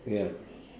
ya